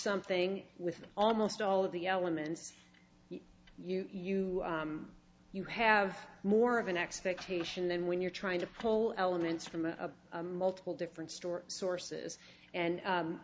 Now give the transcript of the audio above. something with almost all of the elements you you you have more of an expectation then when you're trying to pull elements from a multiple different story sources and